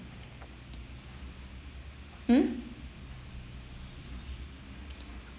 hmm